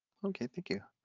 okay, thank you.